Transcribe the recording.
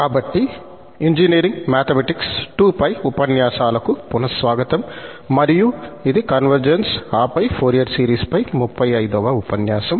కాబట్టి engineering mathematics II పై ఉపన్యాసాలకు పునః స్వాగతం మరియు ఇది కన్వర్జెన్స్ ఆఫ్ ఫోరియర్ సిరీస్ పై 35 వ ఉపన్యాసం